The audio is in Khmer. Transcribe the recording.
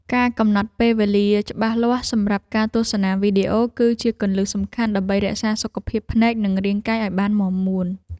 ការកំណត់ពេលវេលាច្បាស់លាស់សម្រាប់ការទស្សនាវីដេអូគឺជាគន្លឹះសំខាន់ដើម្បីរក្សាសុខភាពភ្នែកនិងរាងកាយឱ្យបានមាំមួន។